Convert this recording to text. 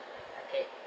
uh bad